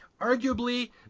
arguably